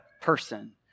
person